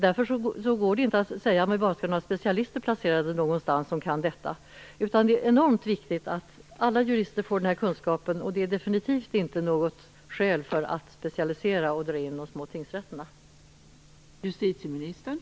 Därför går det inte att säga att vi bara skall ha några specialister placerade någonstans som kan detta. Det är enormt viktigt att alla jurister får denna kunskap, och det är definitivt inget skäl att specialisera och dra in de små tingsrätterna.